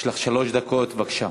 גלאון, יש לך שלוש דקות, בבקשה.